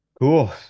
cool